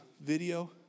video